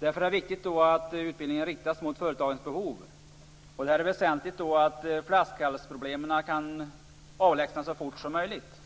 Därför är det viktigt att utbildningen riktas mot företagens behov. Det är väsentligt att flaskhalsproblemen kan avlägsnas så fort som möjligt.